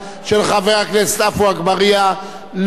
לא עברה בקריאה טרומית וירדה מסדר-היום.